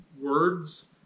words